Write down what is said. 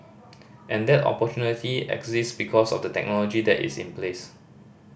and that opportunity exists because of the technology that is in place